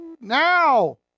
Now